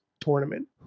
tournament